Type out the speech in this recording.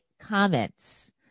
comments